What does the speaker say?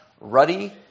ruddy